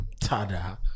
Tada